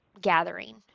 gathering